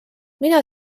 mina